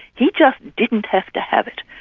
he just didn't have to have it.